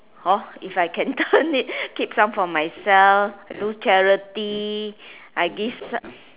hor if I can turn it keep some for myself do charity I give some